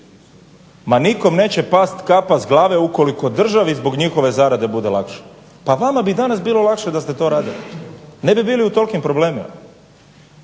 Ma nikom neće past kapa s glave ukoliko državi zbog njihove zarade bude lakše. Pa vama bi danas bilo lakše da ste to radili, ne bi bili u tolkim problemima.